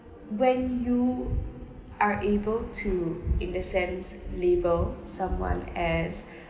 when you are able to in the sense label someone as